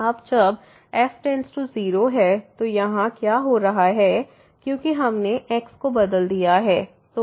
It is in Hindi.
अब जब y→0 है तो यहाँ क्या हो रहा है क्योंकि हमने x को बदल दिया है